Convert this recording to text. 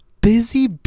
Busy